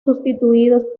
sustituidos